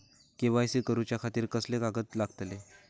KYC करूच्या खातिर कसले कागद लागतले?